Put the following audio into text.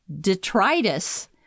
detritus